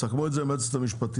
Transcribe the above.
תסכמו את זה עם היועצת המשפטית,